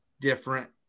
different